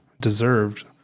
deserved